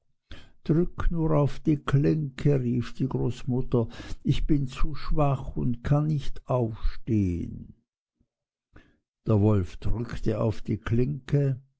drück nur auf die klinke rief die großmutter ich bin zu schwach und kann nicht aufstehen der wolf drückte auf die klinke